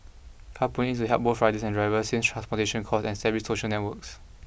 carpooling aims to help both riders and drivers save transportation costs and establish social networks